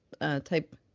type